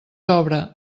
obra